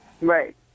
Right